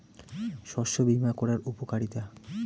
শস্য বিমা করার উপকারীতা?